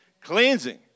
cleansing